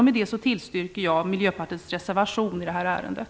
Med det yrkar jag bifall till Miljöpartiets reservation till betänkandet.